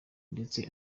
ndetse